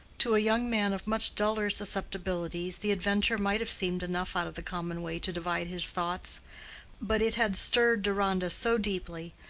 to a young man of much duller susceptibilities the adventure might have seemed enough out of the common way to divide his thoughts but it had stirred deronda so deeply,